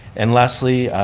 and lastly,